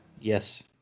Yes